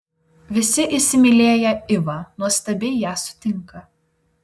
visi įsimylėję ivą nuostabiai ją sutinka